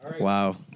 Wow